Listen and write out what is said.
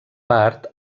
part